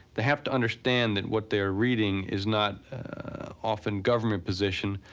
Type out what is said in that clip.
they have to understand that what they are reading is not often government position.